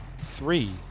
Three